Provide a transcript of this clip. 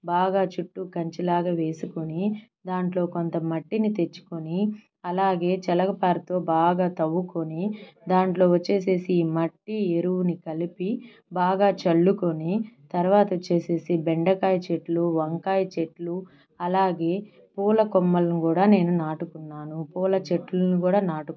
బాగా చుట్టూ కంచిలాగా వేసుకుని దాంట్లో కొంత మట్టిని తెచ్చుకొని అలాగే చలగపారతో బాగా తవ్వుకొని దాంట్లో వచ్చేసేసి మట్టి ఎరువుని కలిపి బాగా చల్లుకొని తర్వాత వచ్చేసేసి బెండకాయ చెట్లు వంకాయ చెట్లు అలాగే పూల కొమ్మలను కూడా నేను నాటుకున్నాను పూల చెట్లను కూడా నాటుకున్నాను